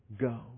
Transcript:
go